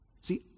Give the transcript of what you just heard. See